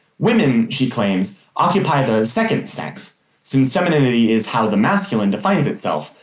women, she claims, occupy the second sex since femininity is how the masculine defines itself,